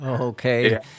Okay